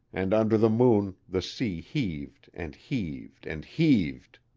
and under the moon the sea heaved and heaved and heaved.